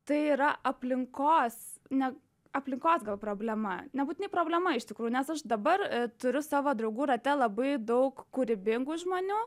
tai yra aplinkos ne aplinkos gal problema nebūtinai problema iš tikrųjų nes aš dabar turiu savo draugų rate labai daug kūrybingų žmonių